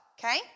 okay